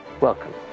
Welcome